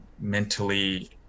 mentally